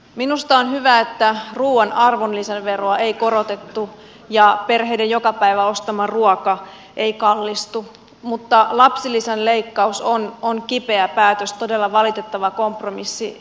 minusta on hyvä että ruuan arvonlisäveroa ei korotettu ja perheiden joka päivä ostama ruoka ei kallistu mutta lapsilisän leikkaus on kipeä päätös todella valitettava kompromissi